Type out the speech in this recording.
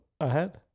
ahead